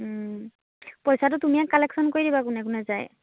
পইচাটো তুমিয়ে কালেকশ্যন কৰি দিবা কোনে কোনে যায়